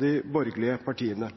de borgerlige partiene.